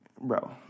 bro